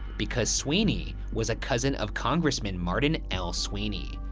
because sweeney, was a cousin of congressman martin l sweeney.